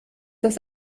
das